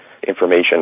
information